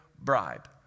bribe